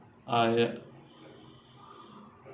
I